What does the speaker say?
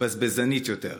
בזבזנית יותר,